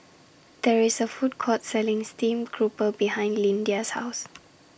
There IS A Food Court Selling Steamed Grouper behind Lyndia's House